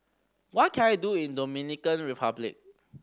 what can I do in Dominican Republic